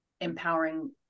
empowering